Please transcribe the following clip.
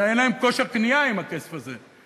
אלא אין להם כושר קנייה עם הכסף הזה.